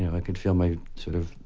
you know i could feel my sort of.